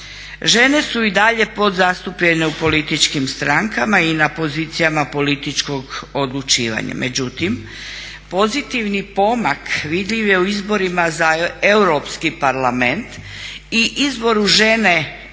Žene su i dalje podzastupljene u političkim strankama i na pozicijama političkog odlučivanja. Međutim, pozitivni pomak vidljiv je u izborima za Europski parlament i izboru žene